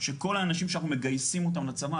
שכל האנשים שאנחנו מגייסים אותם לצבא,